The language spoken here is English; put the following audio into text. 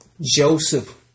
Joseph